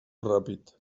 ràpid